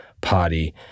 party